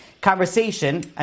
conversation